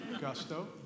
Gusto